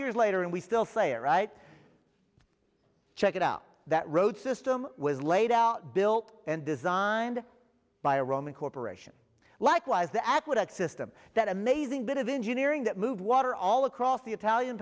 years later and we still say right check it out that road system was laid out built and designed by a roman corporation likewise the aquaduct system that amazing bit of engineering that moved water all across the italian